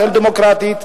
דמוקרטית,